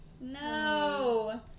No